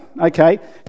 Okay